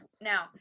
now